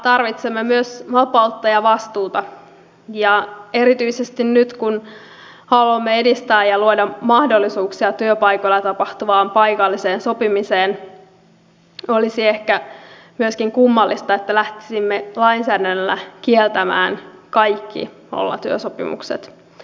tarvitsemme myös vapautta ja vastuuta ja erityisesti nyt kun haluamme edistää ja luoda mahdollisuuksia työpaikoilla tapahtuvaan paikalliseen sopimiseen olisi ehkä myöskin kummallista että lähtisimme lainsäädännöllä kieltämään kaikki nollatyösopimukset